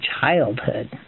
childhood